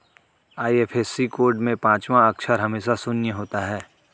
IFSC code में पांचवा अक्षर हमेशा शून्य होता है